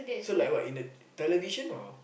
so like what in the television or